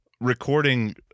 recording